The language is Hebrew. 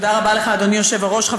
תודה לך, אדוני היושב-ראש.